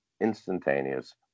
instantaneous